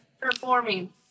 Performing